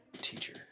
Teacher